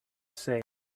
say